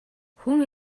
хүн